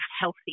healthy